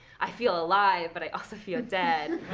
i feel alive, but i also feel dead.